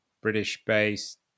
British-based